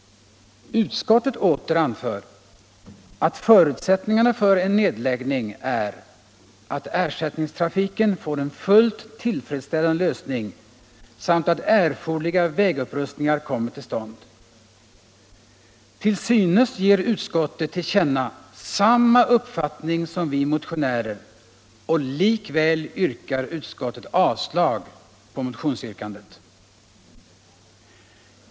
Utskottet åter anför, att förutsättningarna för en nedläggning är att ersättningstrafiken får en fullt tillfredsställande lösning samt ' att erforderliga vägupprustningar kommer till stånd. Till synes ger utskottet till känna samma uppfattning som vi motionärer, och likväl hemställer utskottet om avslag på motionsyrkandet.